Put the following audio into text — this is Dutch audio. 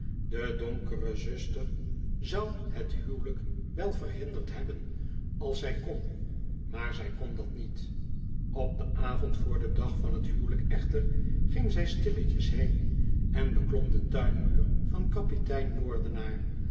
de donkere zuster zou het huwelijk wel verhinderd hebben als zij kon maar zij kon dat niet op den avond vr den dag van t huwelijk echter ging zij stilletjes heen én beklom den tuinmuur van kapitein